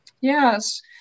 Yes